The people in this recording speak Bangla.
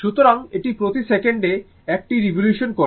সুতরাং এটি প্রতি সেকেন্ডে একটি রিভলিউশন করে